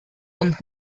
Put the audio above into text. und